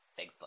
Bigfoot